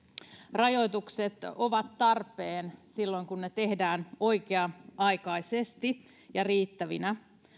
rajoitukset ovat tarpeen silloin kun ne tehdään oikea aikaisesti ja riittävinä